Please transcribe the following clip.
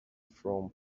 from